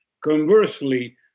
Conversely